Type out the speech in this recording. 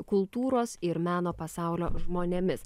kultūros ir meno pasaulio žmonėmis